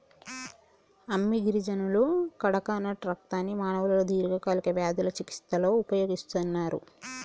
అమ్మి గిరిజనులు కడకనట్ రకాన్ని మానవులలో దీర్ఘకాలిక వ్యాధుల చికిస్తలో ఉపయోగిస్తన్నరు